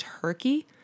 Turkey